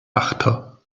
achter